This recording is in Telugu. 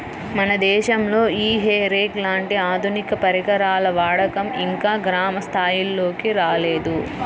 మన దేశంలో ఈ హే రేక్ లాంటి ఆధునిక పరికరాల వాడకం ఇంకా గ్రామ స్థాయిల్లోకి రాలేదు